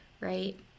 right